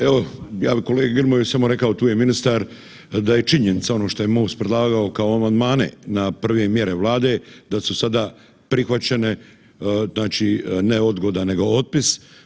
Evo, ja bi kolegi Grmoji rekao tu je ministar, da je činjenica ono što je MOST predlagao kao amandmane na prve mjere Vlade, da su sada prihvaćene, znači ne odgoda nego otpis.